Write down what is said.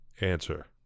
answer